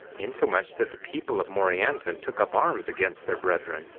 insomuch that the people of morianton took up arms against their brethren,